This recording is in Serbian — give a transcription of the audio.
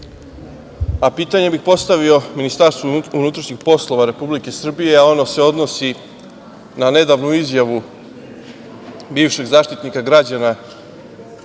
izloženi. Pitanje bih postavio Ministarstvu unutrašnjih poslova Republike Srbije, a ono se odnosi na nedavnu izjavu bivšeg zaštitnika građana